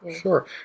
sure